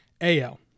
AL